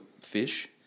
fish